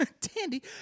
Tandy